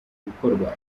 bikorwa